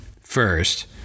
First